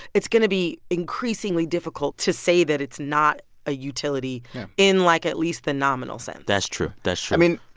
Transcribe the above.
it's going to be increasingly difficult to say that it's not a utility in, like, at least the nominal sense that's true. that's true i mean,